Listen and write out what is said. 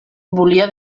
volia